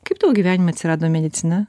kaip tavo gyvenime atsirado medicina